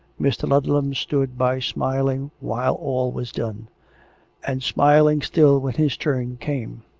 mr. ludlam stood by smiling while all was done and smiling still when his turn came.